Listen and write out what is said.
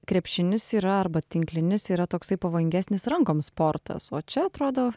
krepšinis yra arba tinklinis yra toksai pavojingesnis rankom sportas o čia atrodo